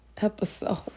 episode